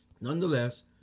Nonetheless